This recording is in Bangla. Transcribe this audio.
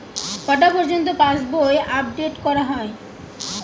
কটা পযর্ন্ত পাশবই আপ ডেট করা হয়?